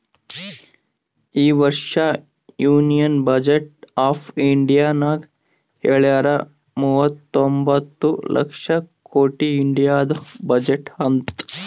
ಈ ವರ್ಷ union budget of ಇಂಡಿಯಾನಾಗ್ ಹೆಳ್ಯಾರ್ ಮೂವತೊಂಬತ್ತ ಲಕ್ಷ ಕೊಟ್ಟಿ ಇಂಡಿಯಾದು ಬಜೆಟ್ ಅಂತ್